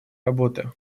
работы